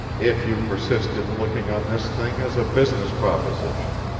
if you persist in looking on this thing as a business proposition.